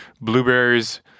Blueberries